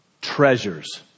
treasures